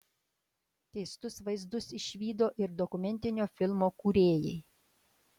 keistus vaizdus išvydo ir dokumentinio filmo kūrėjai